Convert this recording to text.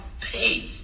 pay